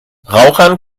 rauchern